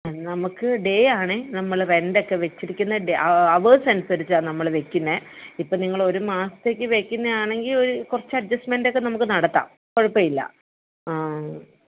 മ് നമുക്ക് ഡേയാണെ നമ്മൾ റെൻറ്റൊക്കെ വെച്ചിരിക്കുന്ന ഡേ അവേർസ് അനുസരിച്ചാണ് നമ്മൾ വയ്ക്കുന്നത് ഇപ്പം നിങ്ങൾ ഒരു മാസത്തേക്ക് വയ്ക്കുന്നത് ആണെങ്കിൽ ഒരു കുറച്ച് അഡ്ജസ്റ്റ്മെന്റ് ഒക്കെ നമുക്ക് നടത്താം കുഴപ്പമില്ല ആ